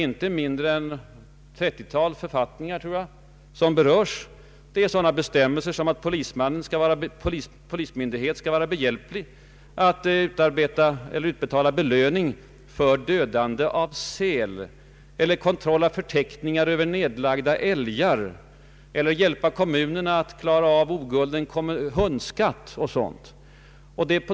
Inte mindre än ett 30-tal författningar berörs. Det gäller sådana bestämmelser som att polismyndighet skall vara behjälplig med att utbetala belöning för dödande av säl eller kontrollera förteckningar över nedlagda älgar eller hjälpa kommunerna med att klara av uppbörd av ogulden hundskatt och annat sådant.